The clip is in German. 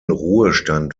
ruhestand